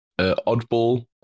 Oddball